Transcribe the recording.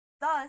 thus